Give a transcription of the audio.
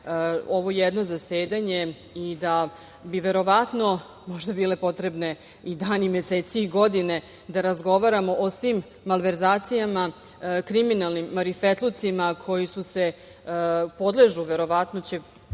ovo jedno zasedanje i da bi verovatno možda bili potrebni i dani, meseci i godine da razgovaramo o svim malverzacijama, kriminalnim marifetlucima koji podležu, verovatno će